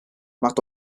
macht